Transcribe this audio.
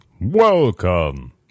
Welcome